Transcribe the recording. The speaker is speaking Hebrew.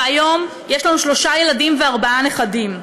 והיום יש לנו שלושה ילדים וארבעה נכדים.